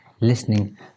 listening